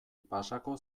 pasako